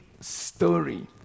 story